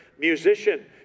musician